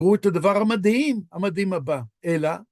ראו את הדבר המדהים, המדהים הבא, אלא...